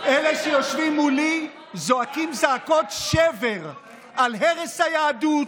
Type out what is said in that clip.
אלה שיושבים מולי זועקים זעקות שבר על הרס היהדות,